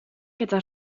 gyda